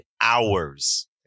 hours